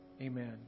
Amen